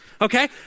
Okay